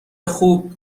خوب